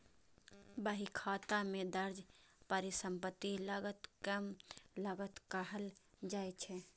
बहीखाता मे दर्ज परिसंपत्ति लागत कें लागत कहल जाइ छै